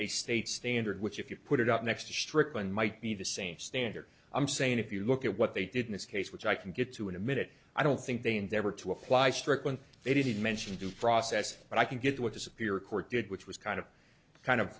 a state standard which if you put it up next to strickland might be the same standard i'm saying if you look at what they did in this case which i can get to in a minute i don't think they endeavor to apply strict when they didn't mention due process but i can get what disappear a court did which was kind of kind of